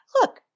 look